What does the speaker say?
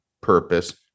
purpose